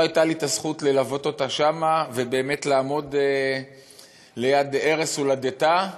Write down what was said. לא הייתה לי הזכות ללוות אותה שם ובאמת לעמוד ליד ערש הולדתה,